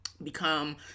become